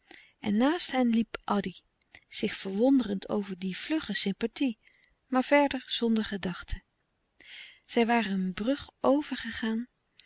en naast hen liep addy zich verwonderend over die vlugge sympathie maar verder zonder gedachte zij waren een louis couperus de stille kracht brug overgegaan